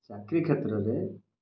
ଚାକିରୀ କ୍ଷେତ୍ରରେ